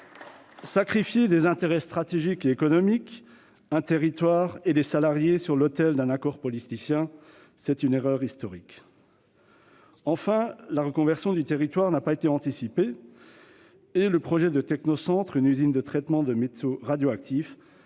Sacrifier des intérêts stratégiques et économiques, un territoire et les salariés sur l'autel d'un accord politicien, c'est une erreur historique ! Enfin, la reconversion du territoire n'a pas été anticipée et le projet de technocentre, une usine de traitement de métaux radioactifs,